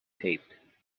tape